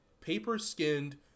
paper-skinned